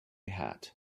hat